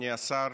אדוני השר,